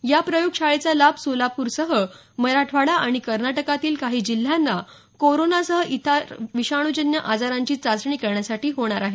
या प्रयोगशाळेचा लाभ सोलापूरसह मराठवाडा आणि कर्नाटकातील काही जिल्ह्यांना कोरोनासह इतर विषाणूजन्य आजारांची चाचणी करण्यासाठी होणार आहे